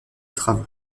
travaux